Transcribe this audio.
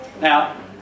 Now